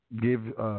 Give